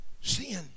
sin